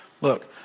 look